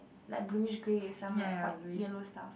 like bluish grey is some like quite yellow stuff